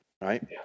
right